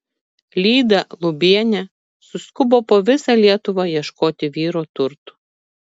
lyda lubienė suskubo po visą lietuvą ieškoti vyro turtų